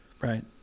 right